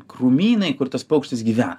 krūmynai kur tas paukštis gyvena